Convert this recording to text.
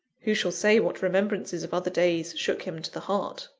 who shall say what remembrances of other days shook him to the heart?